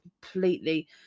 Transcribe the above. completely